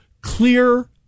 clear